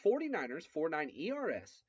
49ers49ERS